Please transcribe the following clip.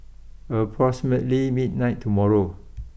approximately midnight tomorrow